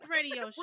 Radio